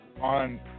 on